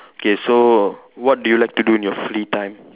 K so what do you like to do in your free time